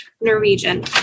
Norwegian